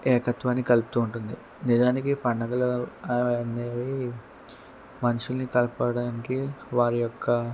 ఏకత్వాన్ని కలుపుతూ ఉంటుంది నిజానికి పండగలు అనేవి మనుషుల్ని కలపడానికి వారి యొక్క